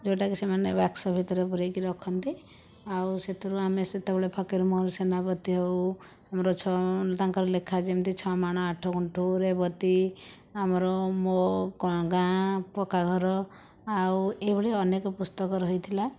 ଯେଉଁଟା କି ସେମାନେ ବାକ୍ସ ଭିତରେ ପୂରାଇକି ରଖନ୍ତି ଆଉ ସେଥିରୁ ଆମେ ସେତେବେଳେ ଫକୀରମୋହନ ସେନାପତି ହେଉ ଆମର ଛଅ ତାଙ୍କର ଲେଖା ଯେମିତି ଛଅ ମାଣ ଆଠ ଗୁଣ୍ଠ ରେବତୀ ଆମର ମୋ' ଗାଁ ପକ୍କାଘର ଆଉ ଏହିଭଳି ଅନେକ ପୁସ୍ତକ ରହିଥିଲା